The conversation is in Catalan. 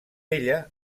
ella